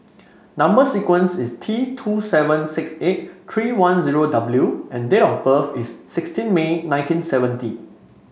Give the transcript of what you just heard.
number sequence is T two seven six eight three one zero W and date of birth is sixteen May nineteen seventy